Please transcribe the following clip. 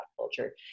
culture